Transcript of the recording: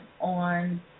on